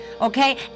Okay